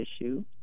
issue